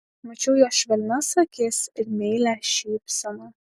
mačiau jo švelnias akis ir meilią šypseną